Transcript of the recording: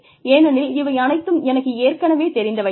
ஏனெனில் இவை அனைத்தும் எனக்கு ஏற்கனவே தெரிந்தவை தான்